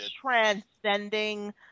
transcending